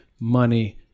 money